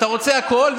אתה רוצה הכול,